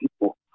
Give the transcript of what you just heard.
people